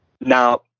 now